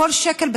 וכל שקל,